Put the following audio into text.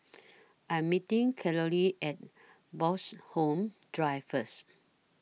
I Am meeting Carolee At Bloxhome Drive First